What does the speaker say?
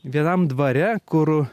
vienam dvare kur